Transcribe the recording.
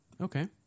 Okay